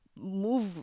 move